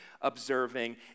observing